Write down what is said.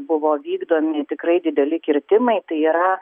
buvo vykdomi tikrai dideli kirtimai tai yra